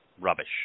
rubbish